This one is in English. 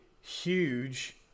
huge